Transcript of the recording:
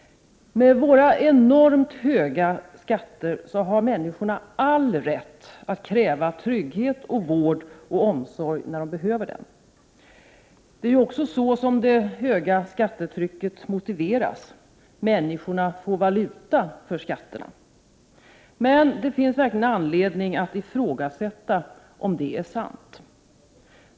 Med våra enormt höga skatter har människorna all rätt att kräva trygghet, vård och omsorg när de behöver. Det är ju så det höga skattetrycket motiveras: människorna får valuta för skatterna. Det finns emellertid verkligen anledning att ifrågasätta om det är sant.